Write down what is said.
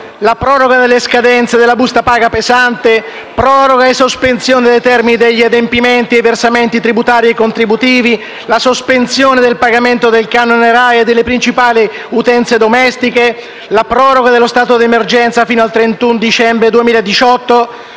la proroga delle scadenze della busta paga pesante; la proroga e sospensione dei termini degli adempimenti e versamenti tributari e contributivi; la sospensione del pagamento del canone RAI e delle principali utenze domestiche; la proroga dello stato di emergenza fino al 31 dicembre 2018